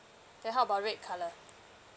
then how about red colour